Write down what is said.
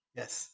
yes